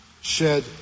shed